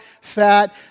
fat